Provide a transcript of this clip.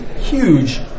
huge